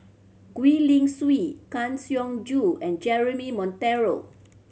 Gwee Li Sui Kang Siong Joo and Jeremy Monteiro